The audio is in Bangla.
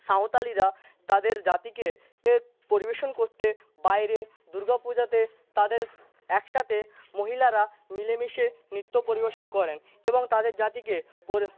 সাঁওতালিরা তাদের জাতিকে পরিবেশন করতে বাইরে দুর্গাপূজাতে তাদের একসাথে মহিলারা মিলেমিশে নৃত্য পরিবেশন করেন এবং তাদের জাতিকে